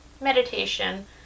meditation